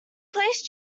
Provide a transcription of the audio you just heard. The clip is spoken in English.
please